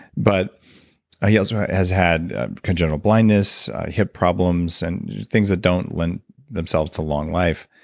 but he also has had congenital blindness, hip problems, and things that don't lend themselves to long life,